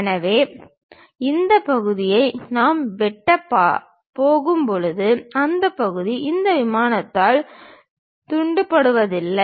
எனவே இந்த பகுதியை நாம் வெட்டப் போகும்போது அந்த பகுதி இந்த விமானத்தால் துண்டிக்கப்படுவதில்லை